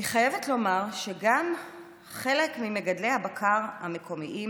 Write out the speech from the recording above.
אני חייבת לומר שחלק ממגדלי הבקר המקומיים